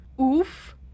Oof